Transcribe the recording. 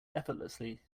effortlessly